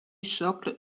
socle